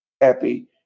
Happy